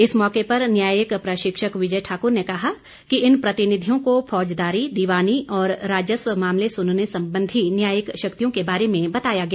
इस मौके पर न्यायिक प्रशिक्षक विजय ठाकुर ने कहा कि इन प्रतिनिधियों को फौजदारी दिवानी और राजस्व मामले सुनने संबंधी न्यायिक शक्तियों के बारे में बताया गया